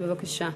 בבקשה.